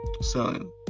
Selling